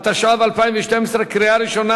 התשע"ב 2012, לקריאה ראשונה.